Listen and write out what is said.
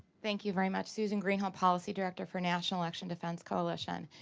thank you very much. susan green, policy director for national election defense coalition.